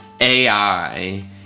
AI